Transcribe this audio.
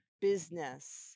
business